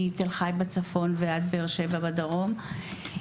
מתל-חי בצפון ועד באר שבע בדרום.